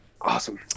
awesome